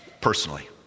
personally